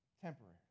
temporary